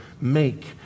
make